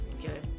Okay